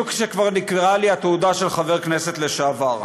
בדיוק כשכבר נקרעה ל י התעודה של חבר הכנסת לשעבר.